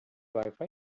wifi